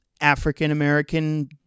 African-American